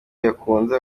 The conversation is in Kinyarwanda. yakunze